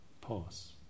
pause